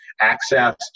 access